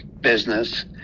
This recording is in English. business